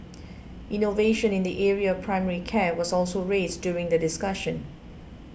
innovation in the area of primary care was also raised during the discussion